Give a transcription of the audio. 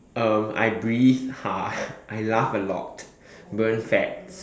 uh I breathe hard I laugh a lot burn fat